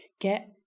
Get